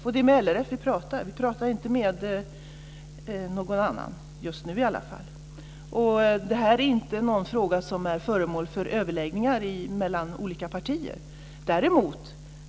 Det är med LRF som vi pratar; vi pratar inte med någon annan, i alla fall inte just nu. Det här är inte någon fråga som är föremål för överläggningar mellan olika partier.